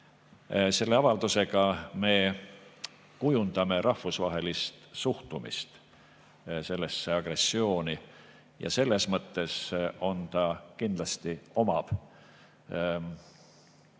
selle avaldusega me kujundame rahvusvahelist suhtumist sellesse agressiooni. Ja selles mõttes on sellel kindlasti väärtust.